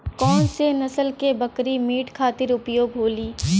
कौन से नसल क बकरी मीट खातिर उपयोग होली?